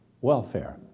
welfare